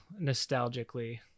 nostalgically